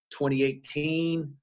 2018